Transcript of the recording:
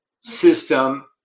system